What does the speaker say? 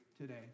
today